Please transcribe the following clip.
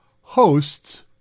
hosts